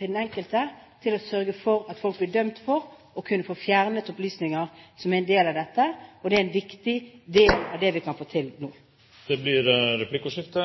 den enkeltes rett til å kunne sørge for at folk blir dømt for og få fjernet opplysninger, som er en del av dette – og det er en viktig del av det vi kan få til nå. Det blir replikkordskifte.